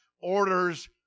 orders